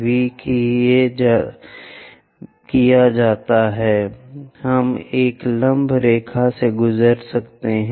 V किया जाता है हम एक लंब रेखा से गुजर सकते हैं